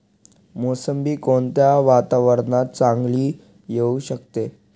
मोसंबी कोणत्या वातावरणात चांगली येऊ शकते?